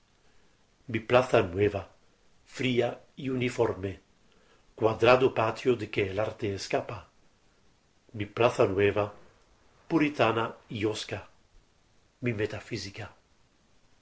mi plaza nueva fría y uniforme cuadrado patio de que el arte escapa mi plaza nueva puritana y hosca mi metafísica